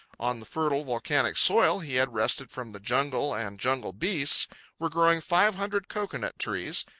on the fertile, volcanic soil he had wrested from the jungle and jungle beasts were growing five hundred cocoanut trees,